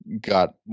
got